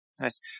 Nice